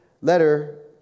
letter